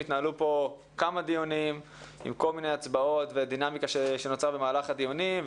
התנהלו פה כמה דיונים עם כל מיני הצבעות ודינמיקה שנוצרה במהלך הדיונים,